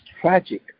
tragic